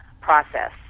process